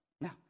Now